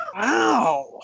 Wow